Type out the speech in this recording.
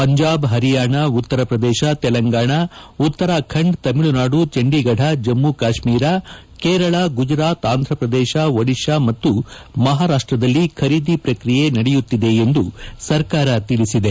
ಪಂಜಾಬ್ ಪರಿಯಾಣ ಉತ್ತರ ಪ್ರದೇಶ ತೆಲಂಗಾಣ ಉತ್ತರಾಖಂಡ ತಮಿಳುನಾಡು ಚಂಡೀಗಢ ಜಮ್ಗು ಕಾಶ್ನೀರ ಕೇರಳ ಗುಜರಾತ್ ಆಂಥ್ ಪ್ರದೇಶ ಒಡಿಶಾ ಮತ್ತು ಮಹಾರಾಷ್ಟದಲ್ಲಿ ಖರೀದಿ ಪ್ರಕ್ರಿಯೆ ನಡೆಯುತ್ತಿದೆ ಎಂದು ಸರ್ಕಾರ ತಿಳಿಸಿದೆ